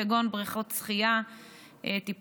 כגון בריכות שחייה טיפוליות,